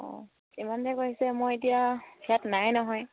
অঁ ইমান দেৰি কৰিছে মই এতিয়া ইয়াত নাই নহয়